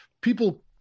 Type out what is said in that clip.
people